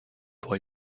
pour